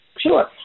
sure